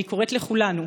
אני קוראת לכולנו,